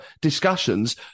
discussions